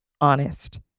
honest